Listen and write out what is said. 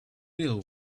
deal